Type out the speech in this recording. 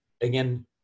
again